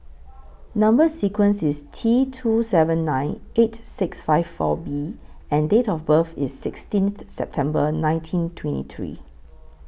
Number sequence IS T two seven nine eight six five four B and Date of birth IS sixteen September nineteen twenty three